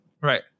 right